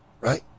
Right